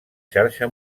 xarxa